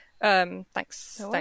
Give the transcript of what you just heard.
thanks